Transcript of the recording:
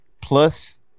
plus